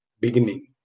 beginning